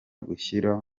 gushyira